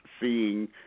seeing